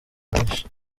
nyinshi